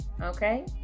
Okay